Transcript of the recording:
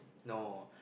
no